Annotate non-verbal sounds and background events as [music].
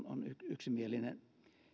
[unintelligible] on yksimielinen